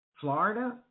Florida